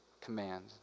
command